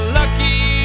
lucky